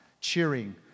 cheering